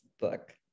book